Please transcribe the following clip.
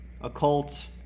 occult